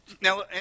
Now